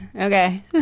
okay